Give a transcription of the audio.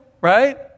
right